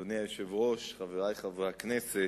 אדוני היושב-ראש, חברי חברי הכנסת,